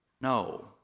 No